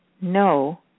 no